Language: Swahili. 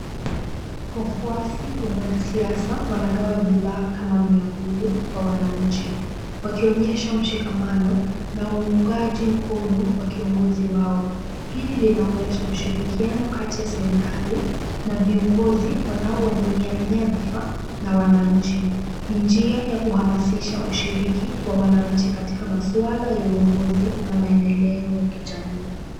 Wafuasi wa mwanasiasa wanagawa bidhaa kama miavuli kwa wananchi, wakionyesha mshikamano na uungaji mkono wa kiongozi wao. Hili linaonyesha ushirikiano kati ya serikali na viongozi wanaowania nyadhifa na wananchi. Ni njia ya kuhamasisha ushiriki wa wananchi katika masuala ya uongozi na maendeleo ya kijamii.